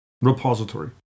repository